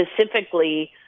specifically